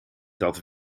dat